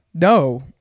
No